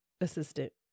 assistant